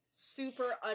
super